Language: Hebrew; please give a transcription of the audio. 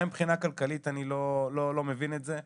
גם מבחינה כלכלית אני לא מבין את זה.